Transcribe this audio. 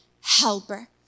helper